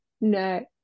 no